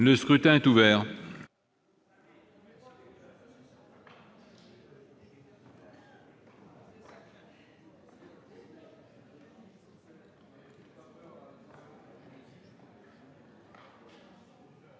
Le scrutin est ouvert.